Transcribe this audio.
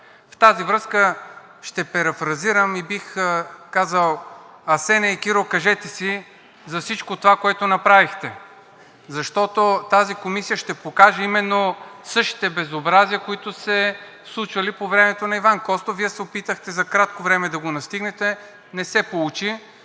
В тази връзка, ще перифразирам и бих казал: „Асене и Киро, кажете си за всичко това, което направихте!“, защото тази комисия ще покаже именно същите безобразия, които са се случвали по времето на Иван Костов. Вие се опитахте за кратко време да го настигнете – не се получи,